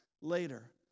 later